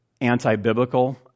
anti-biblical